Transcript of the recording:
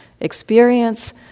experience